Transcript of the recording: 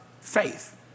faith